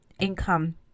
income